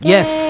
Yes